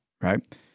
Right